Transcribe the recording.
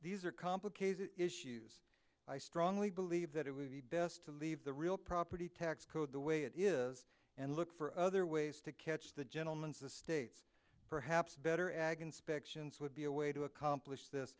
these are complicated issues i strongly believe that it would be best to leave the real property tax code the way it is and look for other ways to catch the gentleman's the state's perhaps better ag and specs would be a way to accomplish this